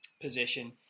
position